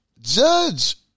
Judge